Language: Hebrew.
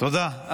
תודה.